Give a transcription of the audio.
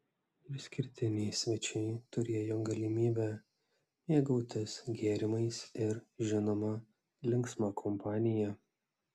išskirtiniai svečiai turėjo galimybę mėgautis gėrimais ir žinoma linksma kompanija